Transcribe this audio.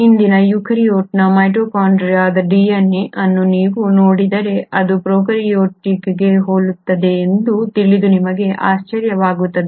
ಇಂದಿನ ಯೂಕ್ಯಾರಿಯೋಟ್ನ ಮೈಟೊಕಾಂಡ್ರಿಯದ DNA ಅನ್ನು ನೀವು ನೋಡಿದರೆ ಅದು ಪ್ರೊಕಾರ್ಯೋಟಿಕ್ DNA ಗೆ ಹೋಲುತ್ತದೆ ಎಂದು ತಿಳಿದು ನಿಮಗೆ ಆಶ್ಚರ್ಯವಾಗುತ್ತದೆ